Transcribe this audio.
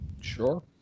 sure